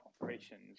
operations